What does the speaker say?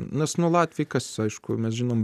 nes nu latviai kas aišku mes žinom